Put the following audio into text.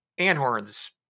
Anhorn's